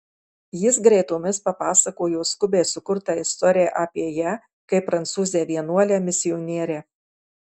jis greitomis papasakojo skubiai sukurtą istoriją apie ją kaip prancūzę vienuolę misionierę